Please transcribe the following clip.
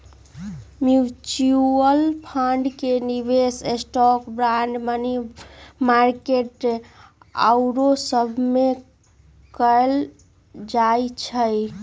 mutual fund के निवेश stock, bond, money market आउरो सभमें कएल जाइ छइ